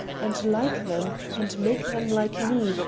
and like them, and make them like me,